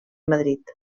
madrid